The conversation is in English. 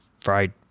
fried